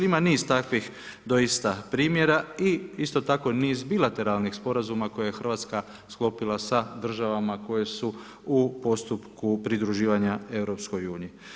Ima niz takvih doista primjera i isto tako niz bilateralnih sporazuma koje je RH sklopila sa državama koje su u postupku pridruživanja EU.